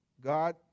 God